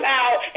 out